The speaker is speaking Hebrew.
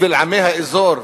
בשביל עמי האזור.